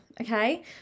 okay